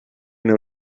know